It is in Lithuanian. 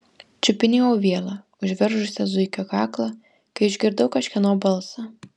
čiupinėjau vielą užveržusią zuikio kaklą kai išgirdau kažkieno balsą